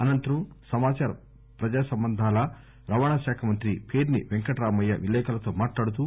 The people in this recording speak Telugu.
అనంతరం సమాచార ప్రజా సంబంధాల రవాణా శాఖ మంత్రి పేర్సి పెంకటరామయ్య విలేఖర్లతో మాట్లాడుతూ